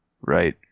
Right